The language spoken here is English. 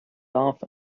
laugh